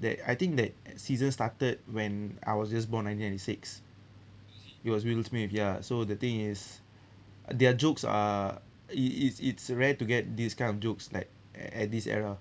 that I think that season started when I was just born nineteen ninety six it was will smith ya so the thing is their jokes are it's it's it's rare to get this kind of jokes like at this era